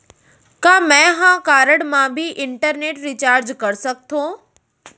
का मैं ह कारड मा भी इंटरनेट रिचार्ज कर सकथो